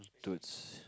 towards